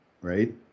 right